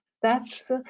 steps